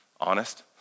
Honest